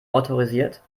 autorisiert